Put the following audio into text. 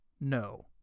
no